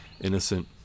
innocent